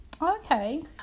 Okay